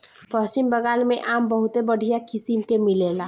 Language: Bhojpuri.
पश्चिम बंगाल में आम बहुते बढ़िया किसिम के मिलेला